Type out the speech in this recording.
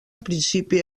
principi